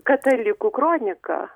katalikų kronika